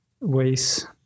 ways